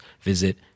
visit